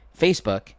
Facebook